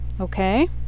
Okay